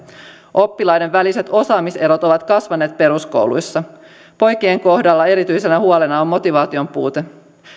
oppilaiden väliset osaamiserot ovat kasvaneet peruskouluissa poikien kohdalla erityisenä huolena on motivaation puute